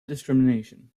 discrimination